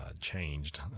changed